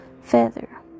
feather